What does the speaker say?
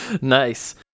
Nice